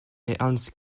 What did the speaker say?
hans